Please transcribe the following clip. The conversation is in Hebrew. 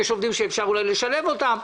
יש עובדים שאפשר אולי לשלב אותם.